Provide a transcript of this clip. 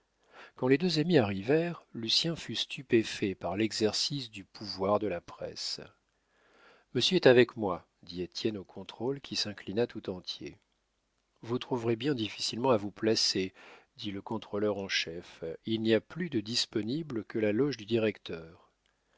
quand les deux amis arrivèrent lucien fut stupéfait par l'exercice du pouvoir de la presse monsieur est avec moi dit étienne au contrôle qui s'inclina tout entier vous trouverez bien difficilement à vous placer dit le contrôleur en chef il n'y a plus de disponible que la loge du directeur